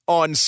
on